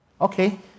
Okay